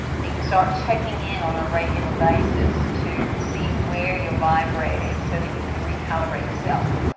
that you start checking in on a regular basis to see where you're vibrating so that you can recalibrate yourself.